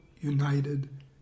united